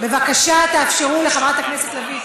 בבקשה תאפשרו לחברת הכנסת לביא.